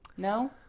No